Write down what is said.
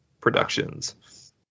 Productions